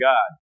God